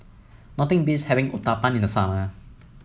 nothing beats having Uthapam in the summer